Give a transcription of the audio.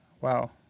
Wow